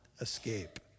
escape